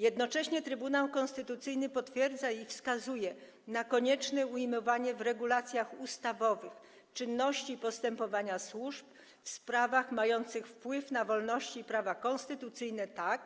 Jednocześnie Trybunał Konstytucyjny potwierdza i wskazuje na konieczne ujmowanie w regulacjach ustawowych czynności postępowania służb w sprawach mających wpływ na wolności i prawa konstytucyjne, tak